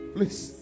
Please